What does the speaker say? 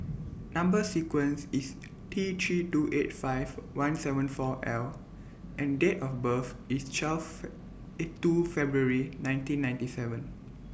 Number sequence IS T three two eight five one seven four L and Date of birth IS Fee IS two February nineteen ninety seven